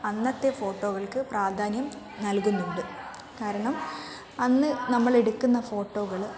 അന്നത്തെ ഫോട്ടോകൾക്ക് പ്രാധാന്യം നൽകുന്നുണ്ട് കാരണം അന്നു നമ്മൾ എടുക്കുന്ന ഫോട്ടോകൾ